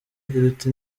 iruta